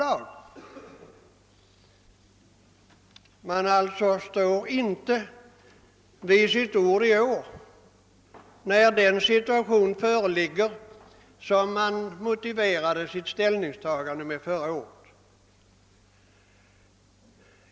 Man står alltså i år inte vid sitt ord, eftersom vi nu står inför den situation vi förra året väntade på.